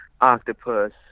octopus